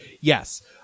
Yes